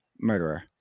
murderer